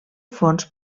fons